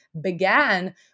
began